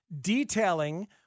detailing